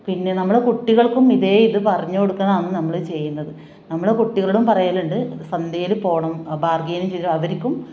പിന്നെ നമ്മളെ കുട്ടികൾക്കും ഇതേ ഇത് പറഞ്ഞ് കൊടുക്കന്നതാണ് നമ്മൾ ചെയ്യുന്നത് നമ്മൾ കുട്ടികളൊടും പറയലുണ്ട് ചന്തയിൽ പോവണം ബാർഗെയിൻ ചെയ്ത് അവർക്കും